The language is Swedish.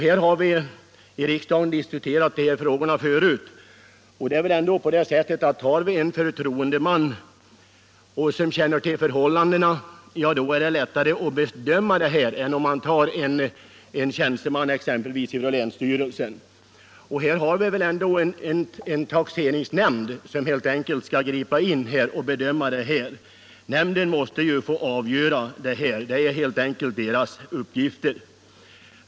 Vi har förut diskuterat dessa frågor här i riksdagen, och det är väl ändå på det sättet att finns det en förtroendeman, som känner till förhållandena, är det lättare att bedöma saken än om man tar en tjänsteman exempelvis från länsstyrelsen. Vi har ju taxeringsnämnder som skall gripa in och göra bedömningen. Nämnden måste få avgöra frågorna — det är helt enkelt dess uppgift.